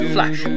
Flash